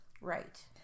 Right